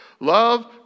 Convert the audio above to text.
Love